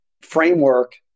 framework